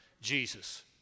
Jesus